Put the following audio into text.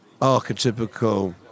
archetypical